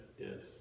Yes